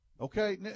Okay